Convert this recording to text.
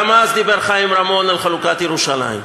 גם אז דיבר חיים רמון על חלוקת ירושלים.